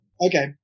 Okay